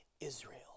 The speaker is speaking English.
Israel